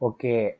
Okay